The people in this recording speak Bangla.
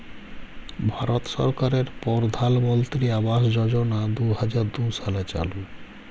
ভারত সরকারের পরধালমলত্রি আবাস যজলা দু হাজার দু সালে চালু